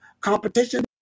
competition